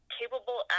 capable